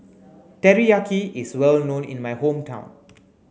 Teriyaki is well known in my hometown